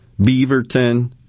Beaverton